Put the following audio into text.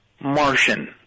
Martian